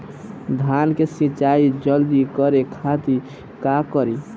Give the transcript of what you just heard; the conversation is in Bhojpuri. धान के सिंचाई जल्दी करे खातिर का करी?